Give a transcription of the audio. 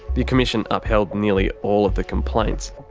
the commission upheld nearly all of the complaints.